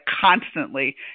constantly